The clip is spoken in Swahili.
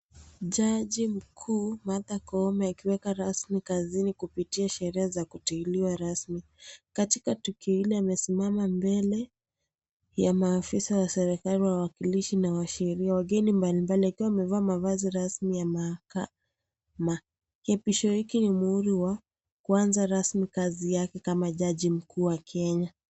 Jaji mkuu Martha Koome akiweka rasmi kazini kupitia sheria za kuteuliwa rasmi, katika tukio ile amesimama mbele ya maafisa wa serikali wawakilishi na wa sheria wageni mbalimbali akiwa amevaa mavazi rasmi ya mahakama. Kiapisho hiki ni muhuri wa kuanza rasmi kazi yake kama jaji mkuu wa Kenya.